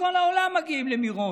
מכל העולם מגיעים למירון.